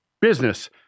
business